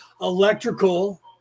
electrical